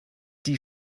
die